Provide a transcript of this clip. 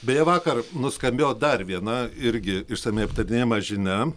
beje vakar nuskambėjo dar viena irgi išsamiai aptarinėjama žinia